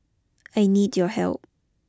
I need your help